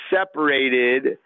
separated